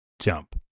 jump